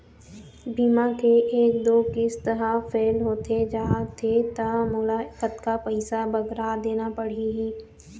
बीमा के एक दो किस्त हा फेल होथे जा थे ता मोला कतक पैसा बगरा देना पड़ही ही?